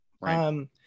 Right